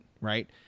right